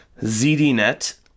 ZDNet